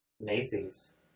Macy's